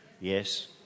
Yes